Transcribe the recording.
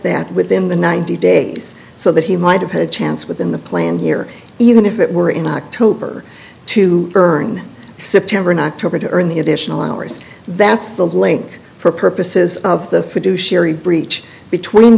that within the ninety days so that he might have had a chance within the plan here even if it were in october to earn september and october to earn the additional hours that's the link for purposes of the fiduciary breach between